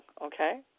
okay